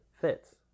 fits